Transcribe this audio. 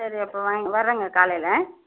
சரி அப்போ வாயிங் வரோங்க காலையில்